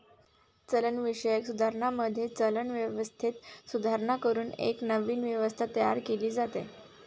चलनविषयक सुधारणांमध्ये, चलन व्यवस्थेत सुधारणा करून एक नवीन व्यवस्था तयार केली जाते